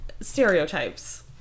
Stereotypes